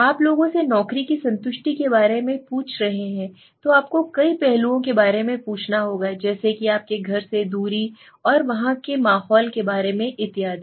आप लोगों से नौकरी की संतुष्टि के बारे में पूछ रहे हैं तो आपको कई पहलुओं के बारे में पूछना होगा जैसे कि आपके घर से दूरी और वहां के माहौल के बारे में इत्यादि